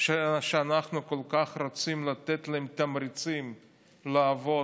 שאנחנו כל כך רוצים לתת להם תמריצים לעבוד,